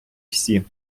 всі